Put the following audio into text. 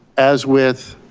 as with